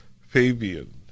Fabian